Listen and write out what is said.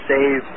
Save